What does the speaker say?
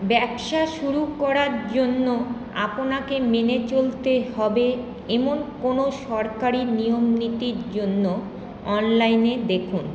ব্যবসা শুরু করার জন্য আপনাকে মেনে চলতে হবে এমন কোনো সরকারি নিয়মনীতির জন্য অনলাইনে দেখুন